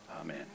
Amen